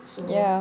ya